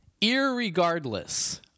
Irregardless